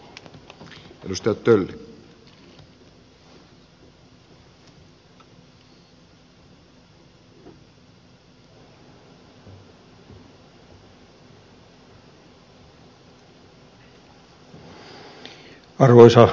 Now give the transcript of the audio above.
arvoisa puhemies